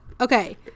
Okay